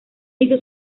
hizo